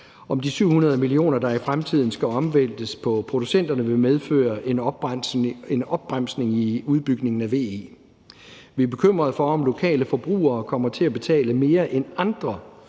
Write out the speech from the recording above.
at de 700 mio. kr., der i fremtiden skal overvæltes på producenterne, vil medføre en opbremsning i udbygningen af VE. Vi er bekymrede for, at lokale forbrugere kommer til at betale mere end andre